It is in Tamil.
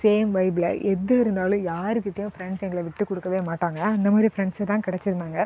சேம் வைபில் எது இருந்தாலும் யார்கிட்டயும் ஃப்ரண்ட்ஸ் எங்களை விட்டு கொடுக்கவே மாட்டாங்க அந்த மாதிரி ப்ரண்ட்ஸ் தான் கிடைச்சிருந்தாங்க